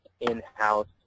in-house